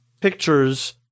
pictures